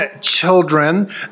children